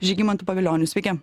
žygimantu pavilioniu sveiki